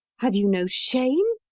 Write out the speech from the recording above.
have you no shame?